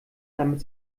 damit